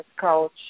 coach